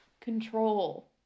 control